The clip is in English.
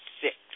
six